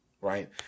right